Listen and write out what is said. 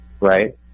Right